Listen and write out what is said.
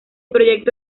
proyecto